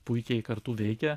puikiai kartu veikia